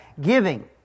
Giving